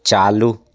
चालू